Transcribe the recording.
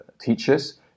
teachers